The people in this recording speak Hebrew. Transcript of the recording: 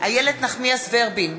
איילת נחמיאס ורבין,